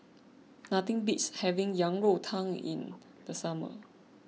nothing beats having Yang Rou Tang in the summer